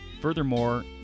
Furthermore